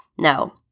No